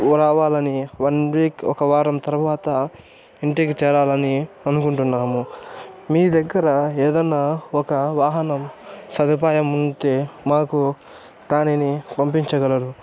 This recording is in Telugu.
వో రావాలని వన్ వీక్ ఒక వారం తరవాత ఇంటికి చేరాలని అనుకుంటున్నాము మీ దగ్గర ఏదన్నా ఒక వాహనము సదుపాయం ఉంటే మాకు దానిని పంపించగలరూ